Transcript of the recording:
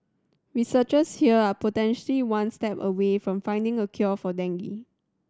researchers here are potentially one step away from finding a cure for dengue